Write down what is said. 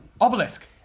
Obelisk